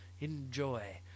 Enjoy